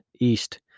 east